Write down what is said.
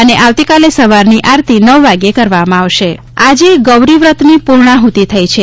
અને આવતીકાલે સવાર ની આરતી નવ વાગે કરવામાં આવશે ગૌરીવ્રત આજે ગૌરીવ્રતની પૂર્ણાહૂતિ થઇ છે